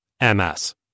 MS